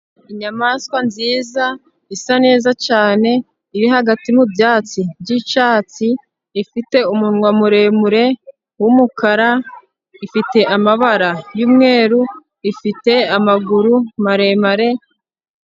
Inyamaswa nziza isa neza cyane iri hagati mu byatsi by'icyatsi, ifite umunwa muremure w'umukara, ifite amabara y'umweru, ifite amaguru maremare.